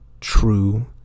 true